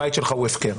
הבית שלך הוא הפקר.